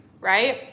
right